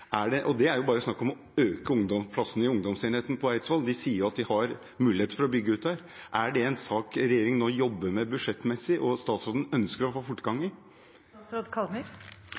de har mulighet for å bygge ut der – er dette en sak regjeringen nå jobber med, budsjettmessig, og som statsråden ønsker å få fortgang i?